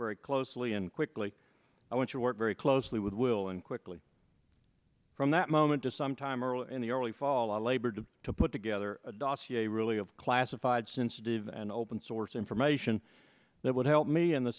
very closely and quickly i want to work very closely with will and quickly from that moment to some time early in the early fall on labor day to put together a dossier really of classified sensitive and open source information that would help me and the